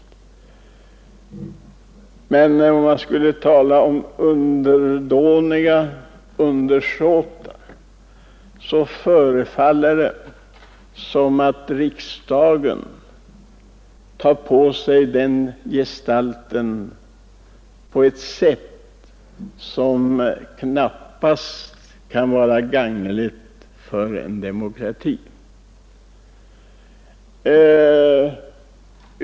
Men skulle man tala om underdåniga undersåtar så förefaller det som om riksdagen tar den gestalten på ett sätt som knappast kan vara gagneligt för en demokrati.